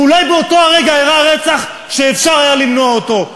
אולי באותו רגע אירע רצח שאפשר היה למנוע אותו?